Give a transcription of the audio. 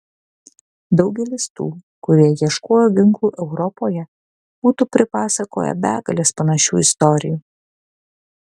daugelis tų kurie ieškojo ginklų europoje būtų pripasakoję begales panašių istorijų